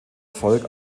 volk